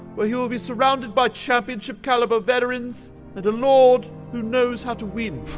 where he will be surrounded by championship-caliber veterans and a lord who knows how to win. oh,